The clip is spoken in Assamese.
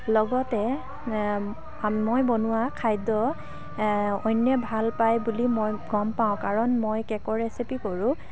লগতে মই বনোৱা খাদ্য অন্যে ভাল পায় বুলি মই গম পাওঁ কাৰণ মই কেকৰ ৰেচিপিবোৰো